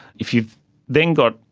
if you've then got,